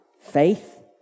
faith